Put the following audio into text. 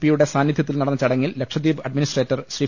P യുടെ സാന്നിധൃത്തിൽ നടന്ന ചടങ്ങിൽ ലക്ഷദീപ് അഡ്മിനിസ്ട്രേറ്റർ ശ്രീ